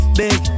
big